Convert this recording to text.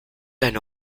eine